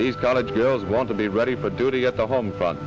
these college girls want to be ready for duty at the home front